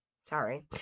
Sorry